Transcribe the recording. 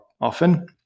often